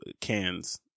cans